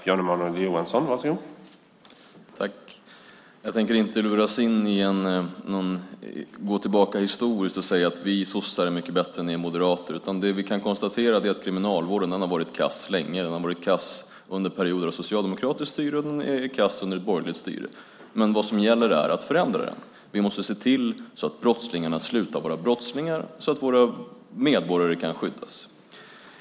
Herr talman! Jag tänker inte luras att gå tillbaka historiskt och säga att vi sossar är mycket bättre än ni moderater. Det vi kan konstatera är att kriminalvården har varit kass länge. Den har varit kass under perioder av socialdemokratiskt styre, och den är kass under borgerligt styre. Men vad som gäller är att förändra den. Vi måste se till att brottslingarna slutar att vara brottslingar så att våra medborgare kan skyddas.